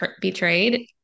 betrayed